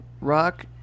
rock